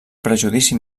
prejudici